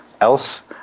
else